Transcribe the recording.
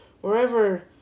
wherever